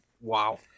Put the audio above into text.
wow